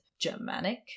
germanic